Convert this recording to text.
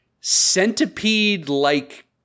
centipede-like